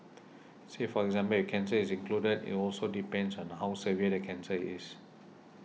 say for example if cancer is included it also depends on how severe the cancer is